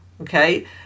okay